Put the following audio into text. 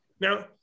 Now